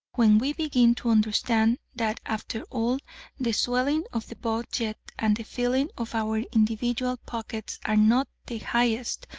when we begin to understand that after all the swelling of the budget and the filling of our individual pockets are not the highest,